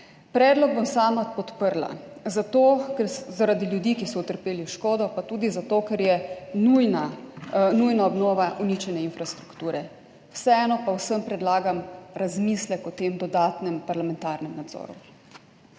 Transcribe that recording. Predlog bom sama podprla zaradi ljudi, ki so utrpeli škodo, pa tudi zato, ker je nujna obnova uničene infrastrukture. Vseeno pa vsem predlagam razmislek o tem dodatnem parlamentarnem nadzoru.